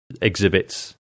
exhibits